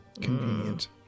Convenient